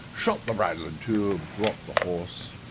shot the bridle in two, brought the horse,